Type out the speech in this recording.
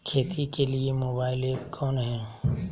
खेती के लिए मोबाइल ऐप कौन है?